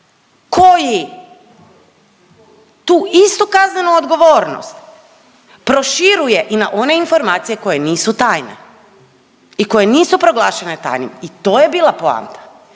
koji tu istu kaznenu odgovornost proširuje i na one informacije koje nisu tajna i koje nisu proglašene tajnim i to je bila poanta.